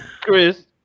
chris